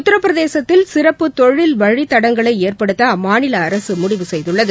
உத்தரப்பிரதேசத்தில் சிறப்பு தொழில் வழித்தடங்களைஏற்படுத்தஅம்மாநிலஅரசுமுடிவு செய்துள்ளது